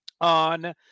On